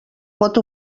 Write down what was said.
pot